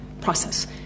process